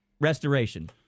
restoration